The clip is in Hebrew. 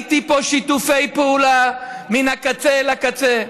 ראיתי פה שיתופי פעולה מן הקצה אל הקצה,